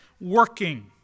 working